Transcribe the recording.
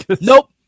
Nope